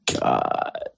god